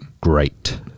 great